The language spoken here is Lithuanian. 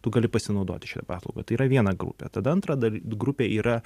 tu gali pasinaudoti šia paslauga tai yra viena grupė tada antra dar grupė yra